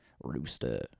Rooster